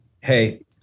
Hey